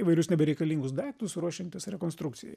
įvairius nebereikalingus daiktus ruošiantis rekonstrukcijai